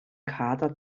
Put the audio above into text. kader